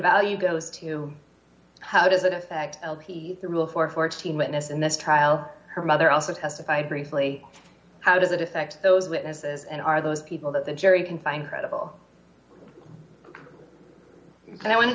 value goes to how does it affect the rule for fourteen witness in this trial her mother also testified briefly how does it affect those witnesses and are those people that the jury can find credible and i wanted